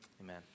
amen